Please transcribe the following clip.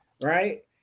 right